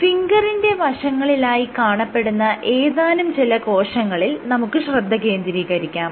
ഫിംഗറിന്റെ വശങ്ങളിലായി കാണപ്പെടുന്ന ഏതാനും ചില കോശങ്ങളിൽ നമുക്ക് ശ്രദ്ധ കേന്ദ്രീകരിക്കാം